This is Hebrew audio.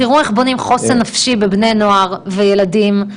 מענה שהוא חירום למצבם הנפשי של ילדים ונוער.